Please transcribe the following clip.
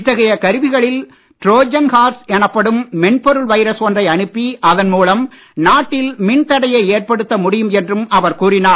இத்தகைய கருவிகளில் Trojan horse எனப்படும் மென்பொருள் வைரஸ் ஒன்றை அனுப்பி அதன் மூலம் நாட்டில் மின் தடையை ஏற்படுத்த முடியும் என்றும் அவர் கூறினார்